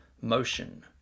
motion